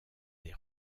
des